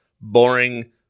boring